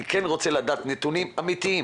אני כן רוצה לדעת נתונים אמיתיים